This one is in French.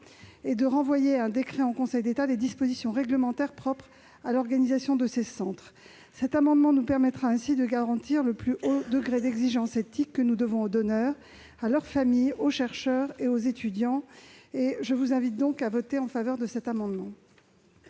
et de renvoyer à un décret en Conseil d'État des dispositions réglementaires propres à l'organisation de ces centres. Cet amendement nous permettra ainsi de garantir le plus haut degré d'exigence éthique que nous devons aux donneurs, à leurs familles, aux chercheurs et aux étudiants. Je vous invite donc à le voter. Quel est